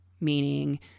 Meaning